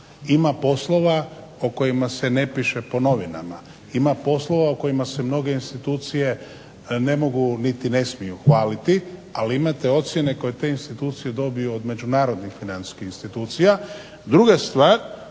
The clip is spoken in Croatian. Ima poslova o kojima se ne piše u novinama, ima poslova o kojima se mnoge institucije ne mogu niti ne smiju hvaliti, ali imate ocjene koje te institucije dobiju od međunarodnih financijskih institucija.